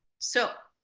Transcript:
so,